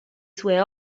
sue